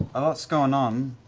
a lot's going on.